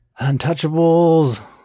Untouchables